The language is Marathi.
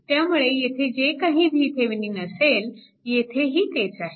त्यामुळे येथे जे काही VThevenin असेल येथेही तेच आहे